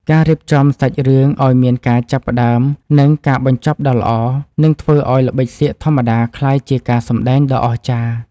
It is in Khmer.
ការរៀបចំសាច់រឿងឱ្យមានការចាប់ផ្តើម និង ការបញ្ចប់ដ៏ល្អនឹងធ្វើឱ្យល្បិចសៀកធម្មតាក្លាយជាការសម្តែងដ៏អស្ចារ្យ។